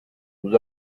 nous